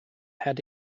had